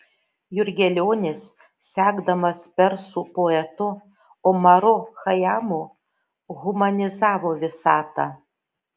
jurgelionis sekdamas persų poetu omaru chajamu humanizavo visatą